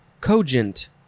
cogent